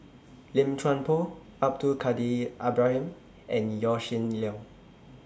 Lim Chuan Poh Abdul Kadir Ibrahim and Yaw Shin Leong